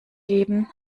geben